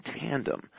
tandem